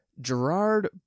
Gerard